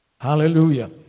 Hallelujah